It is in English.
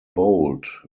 bold